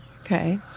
Okay